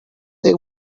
they